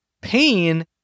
Pain